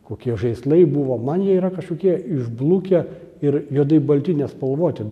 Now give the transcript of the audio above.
kokie žaislai buvo man jie yra kažkokie išblukę ir juodai balti nespalvoti